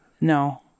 No